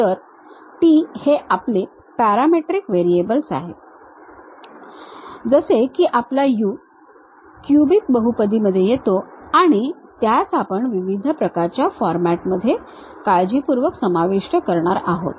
तर t हे आपले पॅरामेट्रिक व्हेरिएबल आहे जसे की आपला u क्यूबिक बहुपदी मध्ये येतो आणि त्यास आपण विविध प्रकारच्या फॉरमॅटमध्ये आपण काळजीपूर्वक समाविष्ट करणार आहोत